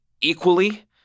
equally